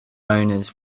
owners